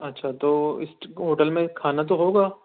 اچھا تو اِس ہوٹل میں کھانا تو ہوگا